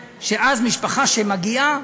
שאז, משפחה שמגיעה,